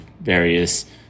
various